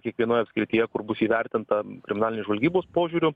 kiekvienoj apskrityje kur bus įvertinta kriminalinės žvalgybos požiūriu